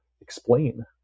explain